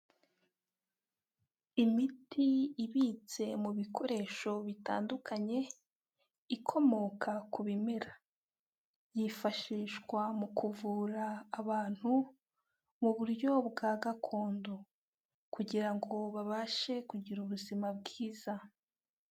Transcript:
Imiti ibitse mu bikoresho bitandukanye ikomoka ku bimera, yifashishwa mu kuvura abantu mu buryo bwa gakondo, kugira ngo babashe kugira ubuzima bwiza.